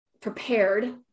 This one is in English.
prepared